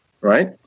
right